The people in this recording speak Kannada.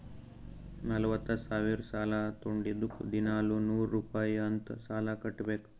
ನಲ್ವತ ಸಾವಿರ್ ಸಾಲಾ ತೊಂಡಿದ್ದುಕ್ ದಿನಾಲೂ ನೂರ್ ರುಪಾಯಿ ಅಂತ್ ಸಾಲಾ ಕಟ್ಬೇಕ್